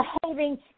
behaving